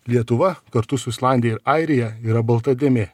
lietuva kartu su islandija ir airija yra balta dėmė